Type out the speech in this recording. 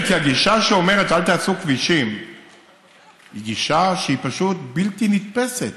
כי הגישה שאומרת: אל תעשו כבישים היא גישה שהיא פשוט בלתי נתפסת.